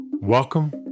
Welcome